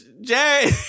Jay